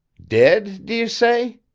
dead, d'ye say?